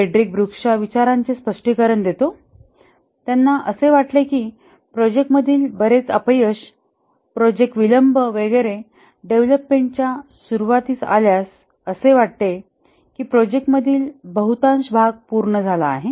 Frederick ब्रूक्सच्या विचारांचे स्पष्टीकरण देतो त्यांना असे वाटले की प्रोजेक्ट मधील बरेच अपयश प्रोजेक्ट विलंब वगैरे डेव्हलपमेंटच्या सुरूवातीस आल्यास असे वाटते कि प्रोजेक्ट मधील बहुतांश भाग पूर्ण झाला आहे